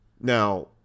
now